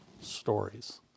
stories